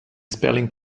spelling